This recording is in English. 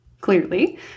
clearly